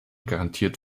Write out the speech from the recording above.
garantiert